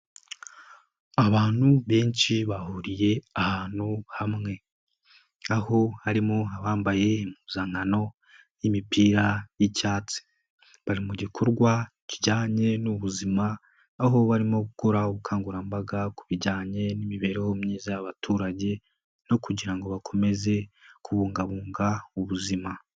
Abantu benshi bahuriye ahantu hamwe, aho harimo abambaye impuzankano y'imipira y'icyatsi, bari mu gikorwa kijyanye n'ubuzima, aho barimo gukora ubukangurambaga ku bijyanye n'imibereho myiza y'abaturage no kugira ngo bakomeze kubungabunga ubuzima.